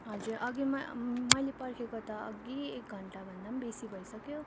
हजुर अघि म मैले पर्खिएको त अघि एक घण्टा भन्दा बेसी भइसक्यो